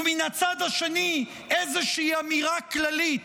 ומן הצד השני איזושהי אמירה כללית,